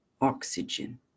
oxygen